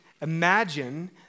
imagine